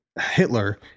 Hitler